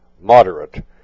moderate